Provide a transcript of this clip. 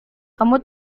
kamu